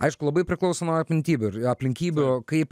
aišku labai priklauso nuo aplinkybių ir aplinkybių kaip